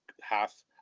half